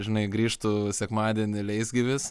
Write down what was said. žinai grįžtu sekmadienį leisgyvis